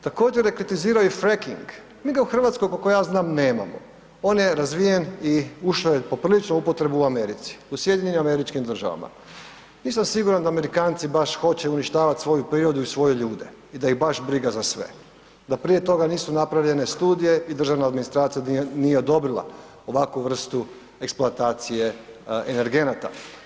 Također rekritiziraju i freaking, mi ga u RH koliko ja znam nemamo, on je razvijen i ušo je poprilično u upotrebu u Americi, u SAD-u, nisam baš siguran da Amerikanci baš hoće uništavat svoju prirodu i svoje ljude i da ih baš briga za sve, da prije toga nisu napravljene studije i državna administracija nije odobrila ovakvu vrstu eksploatacije energenata.